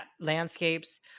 landscapes